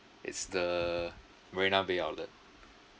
it's the marina bay outlet